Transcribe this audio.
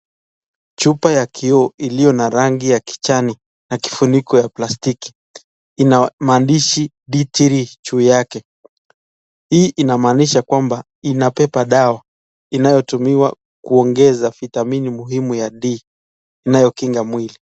Chupa ya kioo iliyo na rangi ya kijani na kifuniko ya plastiki ina maandishi D 3 juu yake. Hii inamaanisha kwamba inabeba dawa inayotumiwa kuongeza vitamini muhimu ya D inayokinga mwili.